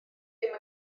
ddim